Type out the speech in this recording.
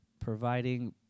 providing